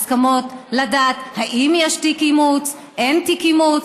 הסכמות לדעת אם יש תיק אימוץ, אין תיק אימוץ.